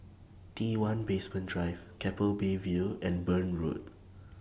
T one Basement Drive Keppel Bay View and Burn Road